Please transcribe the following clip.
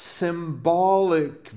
symbolic